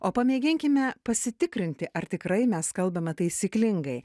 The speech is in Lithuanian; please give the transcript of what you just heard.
o pamėginkime pasitikrinti ar tikrai mes kalbame taisyklingai